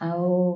ଆଉ